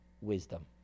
wisdom